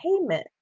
payment